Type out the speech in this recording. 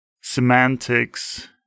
semantics